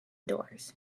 doors